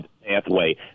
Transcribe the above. pathway